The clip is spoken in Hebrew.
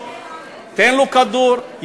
תן לו כדור,